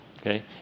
okay